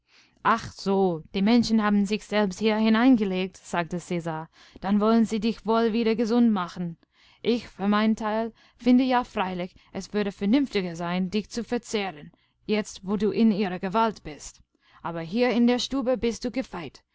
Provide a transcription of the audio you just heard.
ach so die menschen haben dich selbst hier hineingelegt sagte cäsar dannwollensiedichwohlwiedergesundmachen ichfürmeinteilfindeja freilich es würde vernünftiger sein dich zu verzehren jetzt wo du in ihrer gewalt bist aber hier in der stube bist du gefeit